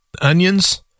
onions